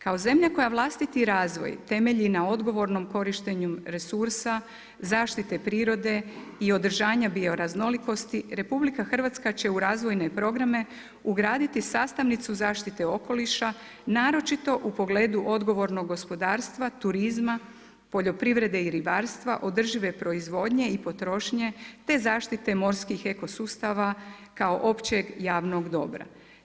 Kao zemlja koja vlastiti razvoj temelji na odgovornom korištenjem resursa, zaštite prirodne i održavanje bioraznolikosti, RH, će u razvojne programe ugraditi sastavnicu zaštite okoliša, naročito u pogledu odgovornog gospodarstva, turizma, poljoprivrede i ribarstva, održive proizvodnje i potrošnje, te zaštite morskih eko sustava, kao općeg javnog dobra.